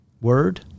word